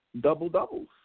double-doubles